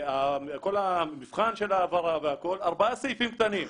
כל המבחן של ההעברה והכול, ארבעה סעיפים קטנים.